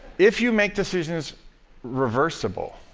if you make decisions reversible,